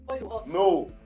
no